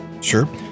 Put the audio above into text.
Sure